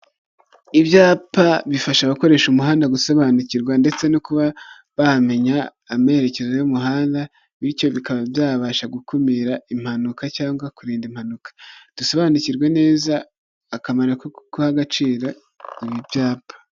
Ibyapa bifasha abakoresha umuhanda gusobanukirwa ndetse no kuba bahamenya amerekeza y'umuhanda, bityo bikaba byabasha gukumira impanuka cyangwa kurinda impanuka. Dusobanukirwe neza akamaro ko guha agaciro ibi byapa.